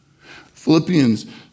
Philippians